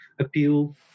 appeal